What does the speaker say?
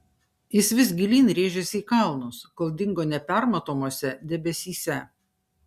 jis vis gilyn rėžėsi į kalnus kol dingo nepermatomuose debesyse